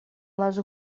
les